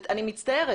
אני מצטערת.